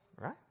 Right